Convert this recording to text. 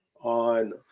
on